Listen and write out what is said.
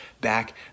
back